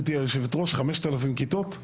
5,000 כיתות,